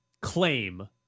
claim